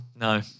No